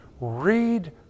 Read